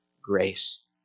grace